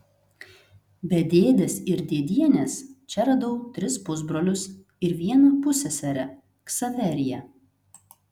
be dėdės ir dėdienės čia radau tris pusbrolius ir vieną pusseserę ksaveriją